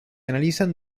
analizan